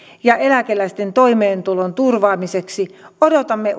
ja eläkeläisten toimeentulon turvaamiseksi odotamme